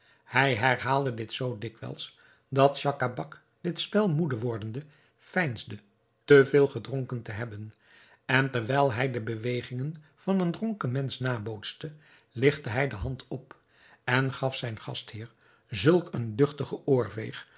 hij herhaalde dit zoo dikwijls dat schacabac dit spel moede wordende veinsde te veel gedronken te hebben en terwijl hij de bewegingen van een dronken mensch nabootste ligtte hij de hand op en gaf zijn gastheer zulk een duchtige